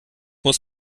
muss